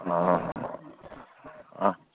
ꯑꯥ ꯑꯥ